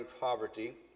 poverty